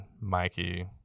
Mikey